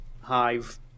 hive